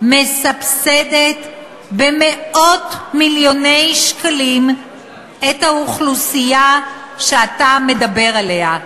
מסבסדת במאות מיליוני שקלים את האוכלוסייה שאתה מדבר עליה,